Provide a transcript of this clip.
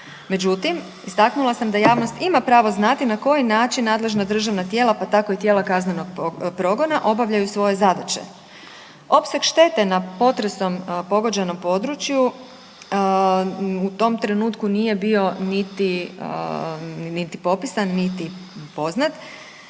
Međutim, istaknula sam da javnost ima pravo znati na koji način nadležna državna tijela, pa tako i tijela kaznenog progona obavljaju svoje zadaće. Opseg štete na potresom pogođenom području u tom trenutku nije bio niti popisan, niti poznat,